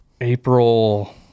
april